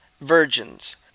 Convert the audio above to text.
virgins